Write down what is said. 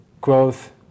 growth